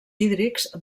hídrics